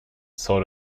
sort